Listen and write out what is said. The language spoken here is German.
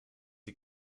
die